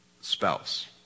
spouse